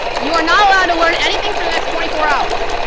you are not allowed to learn anything for the next twenty four hours.